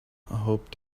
hoped